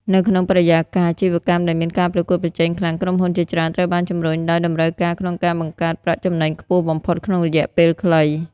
នៅក្នុងបរិយាកាសអាជីវកម្មដែលមានការប្រកួតប្រជែងខ្លាំង ក្រុមហ៊ុនជាច្រើនត្រូវបានជំរុញដោយតម្រូវការក្នុងការបង្កើត ប្រាក់ចំណេញខ្ពស់បំផុតក្នុងរយៈពេលខ្លី។